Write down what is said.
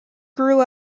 grew